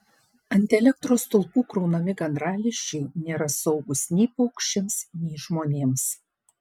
ant elektros stulpų kraunami gandralizdžiai nėra saugūs nei paukščiams nei žmonėms